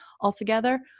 altogether